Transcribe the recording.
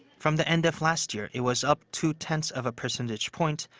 from the end of last year, it was up two-tenths of a percentage point,